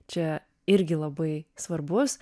čia irgi labai svarbus